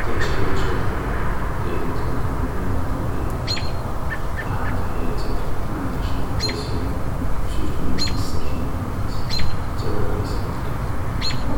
تعيش حياة شابة هي انك تكون توجور بيان اونتوري ، فرحان في حياتك ، ما عندكش لا بريسيون ، سيرتو مامخسرش مع الناس ، حتى واحد ما يسالك